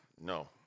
no